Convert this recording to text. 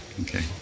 Okay